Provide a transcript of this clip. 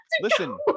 listen